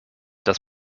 dass